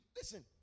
listen